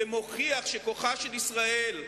שמוכיח שכוחה של ישראל,